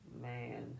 Man